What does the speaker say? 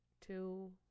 two